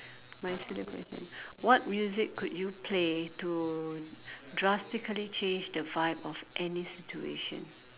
my silly question what music could you play to drastically change the vibe of any situation